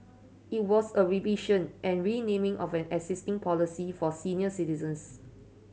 it was a revision and renaming of an existing policy for senior citizens